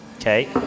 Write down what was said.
okay